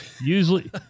Usually